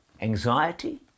anxiety